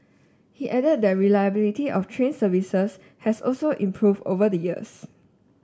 he added that reliability of train services has also improved over the years